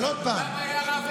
לא, תשמע.